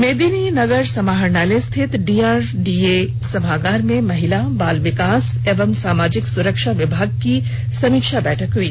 मेदिनीनगर समाहरणालय स्थित डीआरडीए सभागार में महिला बाल विकास एवम सामाजिक सुरक्षा विभाग की समीक्षा बैठक हुई